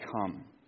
come